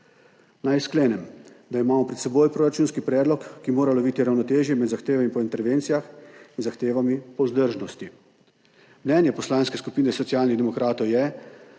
Naj sklenem, da imamo pred seboj proračunski predlog, ki mora loviti ravnotežje med zahtevami po intervencijah in zahtevami po vzdržnosti. Mnenje Poslanske skupine Socialnih demokratov je,